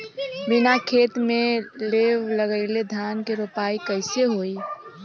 बिना खेत में लेव लगइले धान के रोपाई कईसे होई